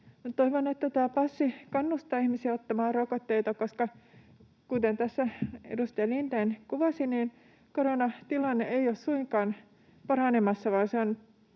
Toivon, että tämä passi kannustaa ihmisiä ottamaan rokotteita, koska kuten tässä edustaja Lindén kuvasi, koronatilanne ei ole suinkaan paranemassa,